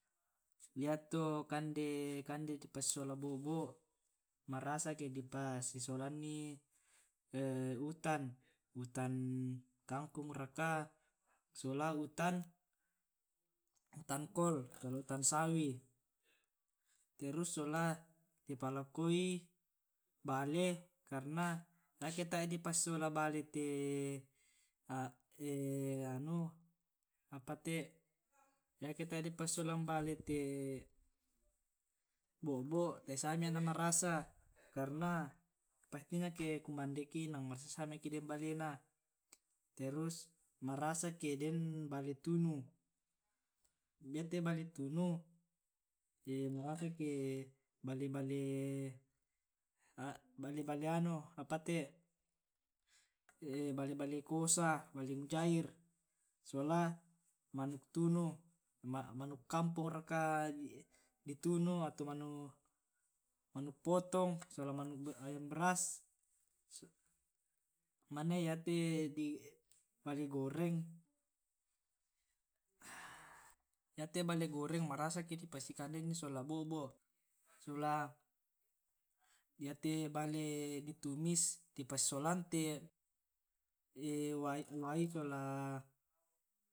Iyato kande kande di pasisola bo'bo' marasa ke di pasisolanni utan, utan kampung raka sola utan kol sola utan sawi terus sola di palakoi bale karna ake tae di pasisola bale te anu apate dipassolangan bale te bo'bo' tae siami na marasa karna pastina ke kumandeki enang marasa siami eke deng balena terus marasa ke den bale tunu, yate bale tunu marasa ke bale bale, bale apate bale kosa bale mujair sola manuk tunu, manuk kampong raka di tunu ato manuk potong sola manuk ayam beras, mane yate di bale goreng iyate bale goreng marasa ke di pasikandeangngi sola bo'bo' sola yate bale di tumis di pasisolan te wai sola.